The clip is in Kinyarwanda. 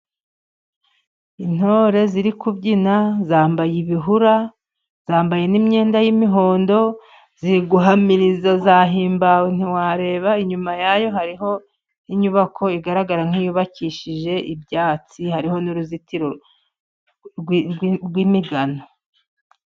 Intore ziri kubyina, zambaye ibihura, zambaye n'imyenda y'imihondo, ziri guhamiriza zahimbawe ntiwareba, inyuma yayo hariho inyubako igaragara nk'iyubakishije ibyatsi, hariho n'uruzitiro rw'imigano.